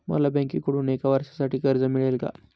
मला बँकेकडून एका वर्षासाठी कर्ज मिळेल का?